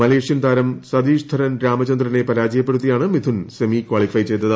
Malaysian താരം സതിഷ്ധരൻ രാമചന്ദ്രനെ പരാജയപ്പെടുത്തിയാണ് മിഥുൻ സെമി ക്വാളിഫൈ ചെയ്തത്